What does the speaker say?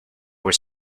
was